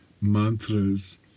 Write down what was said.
mantras